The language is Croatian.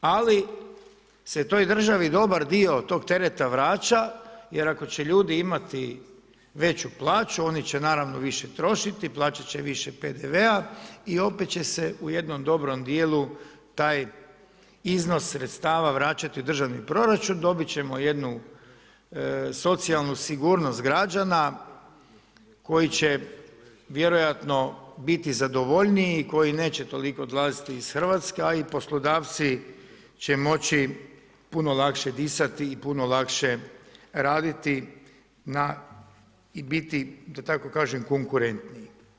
Ali, se toj državi dobar dio trog tereta vraća, jer ako će ljudi imati veću plaću, oni će naravno više trošiti, plaćati će više PDV-a i opet će se u jednom dobrom dijelu, taj iznos sredstava vraćati u državni proračun, dobiti ćemo jednu socijalnu sigurnost građana, koji će vjerojatno biti zadovoljniji i koji neće toliko odlaziti iz Hrvatske, a i poslodavci će moći puno lakše disati i puno lakše raditi na i biti da tako kažem konkurentni.